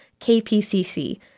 KPCC